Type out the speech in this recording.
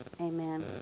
Amen